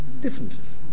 differences